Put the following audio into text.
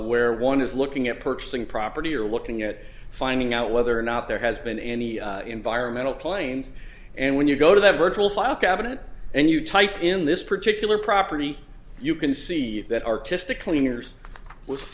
where one is looking at purchasing property or looking at finding out whether or not there has been any environmental plains and when you go to that virtual file cabinet and you type in this particular property you can see that artistic cleaners was